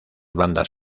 bandas